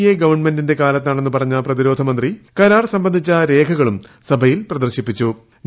A ഗവൺമെന്റിന്റെ കാലത്താണെന്ന് പറഞ്ഞ പ്രതിരോധമന്ത്രി കരാർ സംബന്ധിച്ച രേഖകളും സഭയിൽ പ്രദർശിപ്പിച്ചു്